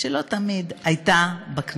שלא תמיד היה בכנסת,